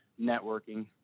networking